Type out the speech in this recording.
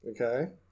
Okay